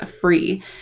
free